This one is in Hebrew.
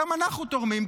גם אנחנו תורמים.